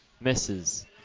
Misses